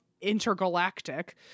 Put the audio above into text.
intergalactic